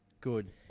Good